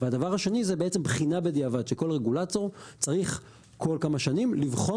והדבר השני זה בעצם בחינה בדיעבד - שכל רגולטור צריך כל כמה שנים לבחון